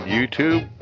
YouTube